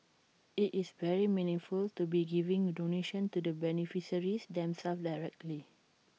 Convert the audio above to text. IT is very meaningful to be giving donations to the beneficiaries themselves directly